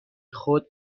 خود